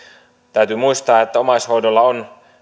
täytyy muistaa että omaishoidolla on